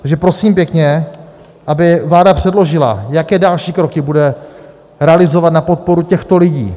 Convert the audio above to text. Takže prosím pěkně, aby vláda předložila, jaké další kroky bude realizovat na podporu těchto lidí.